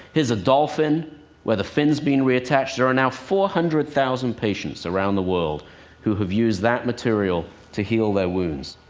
here's a dolphin where the fin's been re-attached. there are now four hundred thousand patients around the world who have used that material to heal their wounds.